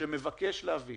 שמבקש להביא